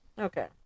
Okay